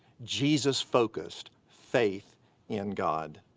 jesus-focused faith in god.